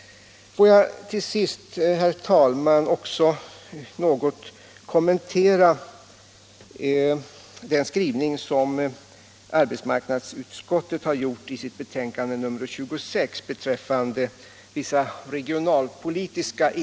serna. Vi har ännu inte gjort något val bland de kommuner som föreslås.